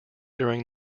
during